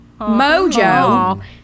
Mojo